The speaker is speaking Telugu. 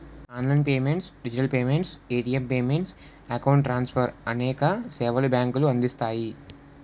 online payments digital payments, ATM payments, account transfer అనేక సేవలు బ్యాంకులు అందిస్తాయి